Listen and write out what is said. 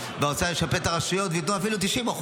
והאוצר ישפה את הרשויות וייתנו אפילו 90%,